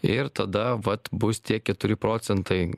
ir tada vat bus tie keturi procentai